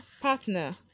partner